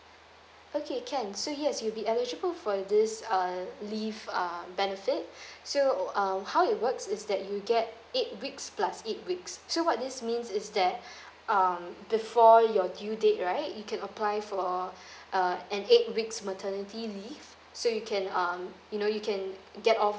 okay can so yes you'll be eligible for this uh leave uh benefit so um how it works is that you get eight weeks plus eight weeks so what this means is that um before your due date right you can apply for uh an eight weeks maternity leave so you can um you know you can get off